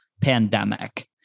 pandemic